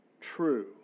True